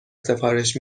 سفارش